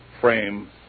frame